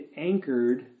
anchored